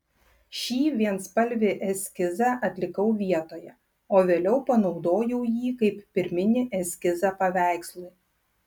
šį vienspalvį eskizą atlikau vietoje o vėliau panaudojau jį kaip pirminį eskizą paveikslui